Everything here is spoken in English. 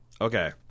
Okay